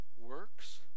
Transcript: works